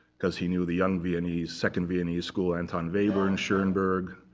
because he knew the young viennese, second viennese school, anton webern, schoenberg,